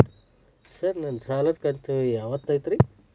Sir ನನ್ನ ಸಾಲದ ಕಂತು ಯಾವತ್ತೂ ಐತ್ರಿ?